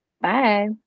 Bye